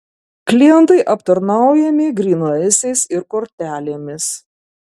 klientai aptarnaujami grynaisiais ir kortelėmis